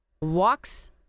walks